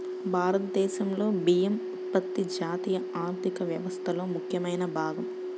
భారతదేశంలో బియ్యం ఉత్పత్తి జాతీయ ఆర్థిక వ్యవస్థలో ముఖ్యమైన భాగం